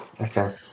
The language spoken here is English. Okay